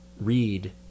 read